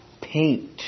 paint